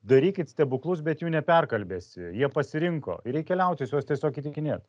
darykit stebuklus bet jų neperkalbėsi jie pasirinko ir reikia liautis juos tiesiog įtikinėt